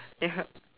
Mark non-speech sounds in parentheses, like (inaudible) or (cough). ya (laughs)